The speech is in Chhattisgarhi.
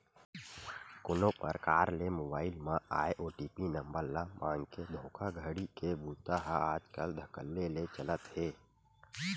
कोनो परकार ले मोबईल म आए ओ.टी.पी नंबर ल मांगके धोखाघड़ी के बूता ह आजकल धकल्ले ले चलत हे